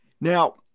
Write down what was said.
Now